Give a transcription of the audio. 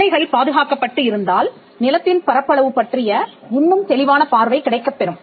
எல்லைகள் பாதுகாக்கப்பட்டு இருந்தால் நிலத்தின் பரப்பளவு பற்றிய இன்னும் தெளிவான பார்வை கிடைக்கப்பெறும்